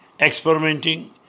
experimenting